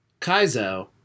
kaizo